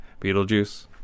Beetlejuice